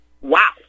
Wow